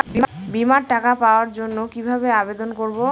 বিমার টাকা পাওয়ার জন্য কিভাবে আবেদন করব?